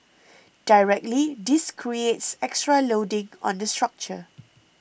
directly this creates extra loading on the structure